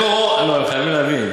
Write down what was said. מקורו, לא, הם חייבים להבין.